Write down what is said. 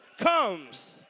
comes